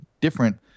different